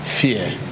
fear